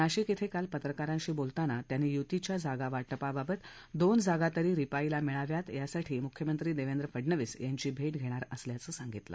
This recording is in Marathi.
नाशिक येथे काल पत्रकारांशी बोलताना त्यांनी यूतीच्या जागा वाटपात दोन जागा तरी रिपाईला मिळाव्यात यासाठी मुख्यमंत्री देवेंद्र फडणवीस यांची भेट घेणार असल्याचं सांगितलं